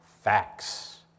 facts